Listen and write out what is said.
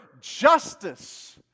justice